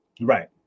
Right